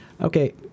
Okay